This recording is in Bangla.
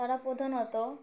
তারা প্রধানত